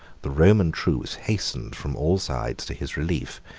the roman troops hastened from all sides to his relief,